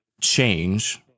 change